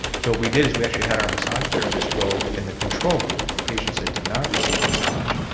so we did as we actually had our massage therapist go in the control group, the patients that did not receive massage,